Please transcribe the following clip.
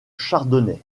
chardonnay